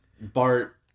Bart